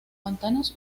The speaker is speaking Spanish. pantanos